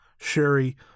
Sherry